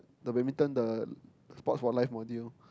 the badminton the sports for life module